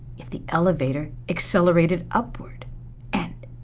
if the elevator accelerated upward and,